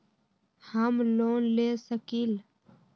हम लोन ले सकील?